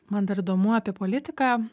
man dar įdomu apie politiką